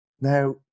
Now